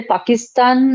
Pakistan